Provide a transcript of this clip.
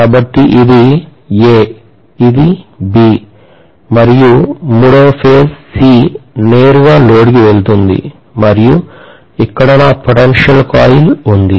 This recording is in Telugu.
కాబట్టి ఇది A ఇది B మరియు మూడవ ఫేజ్ C నేరుగా లోడ్కు వెళుతుంది మరియు ఇక్కడ నా potential coil ఉంది